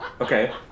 Okay